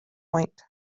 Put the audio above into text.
point